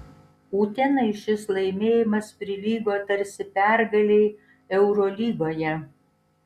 utenai šis laimėjimas prilygo tarsi pergalei eurolygoje